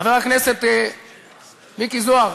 חבר הכנסת מיקי זוהר,